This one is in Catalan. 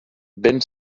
ben